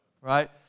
Right